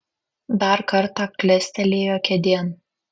dar kartą klestelėjo kėdėn